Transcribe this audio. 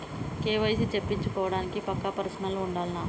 KYC చేపిచ్చుకోవడానికి పక్కా person ఉండాల్నా?